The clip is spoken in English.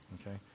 okay